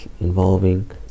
involving